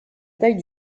taille